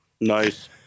nice